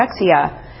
anorexia